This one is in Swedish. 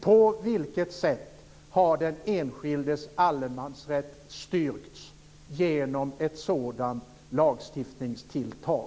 På vilket sätt har den enskildes allemansrätt stärkts genom ett sådant lagstiftningstilltag?